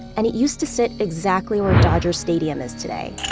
and it used to sit exactly where dodger stadium is today.